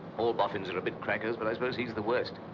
all boffins are a bit crackers, but i suppose he's the worst.